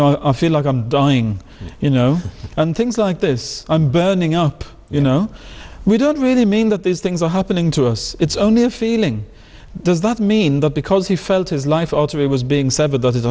know i feel like i'm dying you know and things like this i'm burning up you know we don't really mean that these things are happening to us it's only a feeling does that mean that because he felt his life altering was being said but th